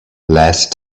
last